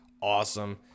awesome